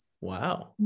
Wow